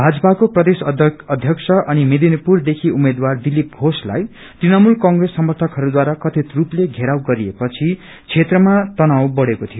भाजपको प्रदेश अध्यक्ष अन तमेदिनीपुर देखि उम्मेद्वार दिलीप घोषलाई तृणमूल कंप्रेस समर्थक्रस्वाराकथित रूपले घेराउ गरिएएपदि क्षेत्रमा तनाव बढ़ेको थियो